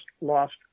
lost